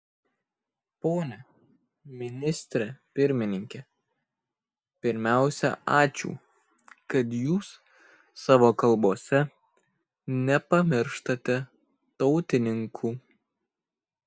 pone ministre pirmininke pirmiausia ačiū kad jūs savo kalbose nepamirštate tautininkų